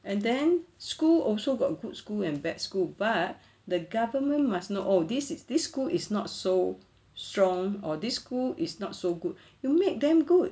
and then school also got good school and bad school but the government must know oh this this school is not so strong or this school is not so good you make them good